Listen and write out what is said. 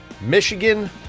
Michigan